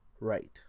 right